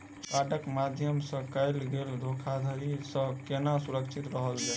कार्डक माध्यम सँ कैल गेल धोखाधड़ी सँ केना सुरक्षित रहल जाए?